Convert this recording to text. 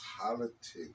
Politics